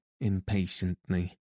impatiently